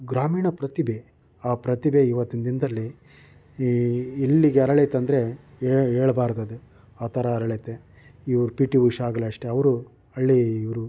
ಗ್ರಾಮೀಣ ಪ್ರತಿಭೆ ಆ ಪ್ರತಿಭೆ ಇವತ್ತಿನ ದಿನದಲ್ಲಿ ಎಲ್ಲಿಗೆ ಅರಳಿತಂದರೆ ಹೇಳ್ಬಾರ್ದದು ಆ ಥರ ಅರಳೈತೆ ಇವ್ರು ಪಿ ಟಿ ಉಷಾ ಆಗಲಿ ಅಷ್ಟೇ ಅವರು ಹಳ್ಳಿಯವರು